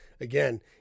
again